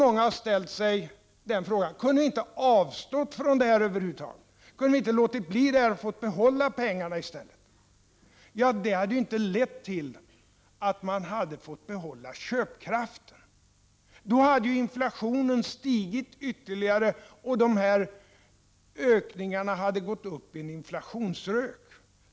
Många har ställt sig frågan: Kunde ni inte ha avstått från detta, kunde ni inte ha låtit bli denna åtgärd och låtit oss få behålla pengarna i stället? Men om vi hade valt detta hade vi inte fått behålla köpkraften. Då hade inflationen stigit ytterligare, och dessa ökningar hade gått upp i en ”inflationsrök”.